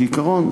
כעיקרון,